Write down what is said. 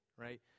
right